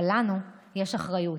אבל לנו יש אחריות.